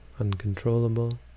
Uncontrollable